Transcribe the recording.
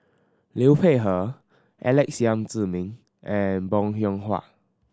Liu Peihe Alex Yam Ziming and Bong Hiong Hwa